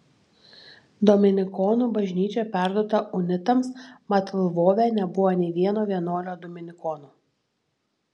dominikonų bažnyčia perduota unitams mat lvove nebuvo nei vieno vienuolio dominikono